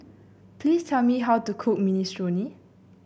please tell me how to cook Minestrone